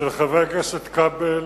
של חבר הכנסת כבל,